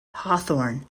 hawthorn